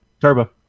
Turbo